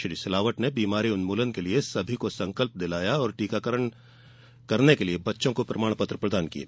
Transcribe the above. श्री सिलावट ने बीमारी उन्मूलन के लिये सभी को संकल्प दिलाया और टीका लगवाने वाले बच्चों को प्रमाण पत्र प्रदान किये